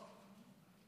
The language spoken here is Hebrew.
הכול שח'צי.